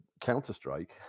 Counter-Strike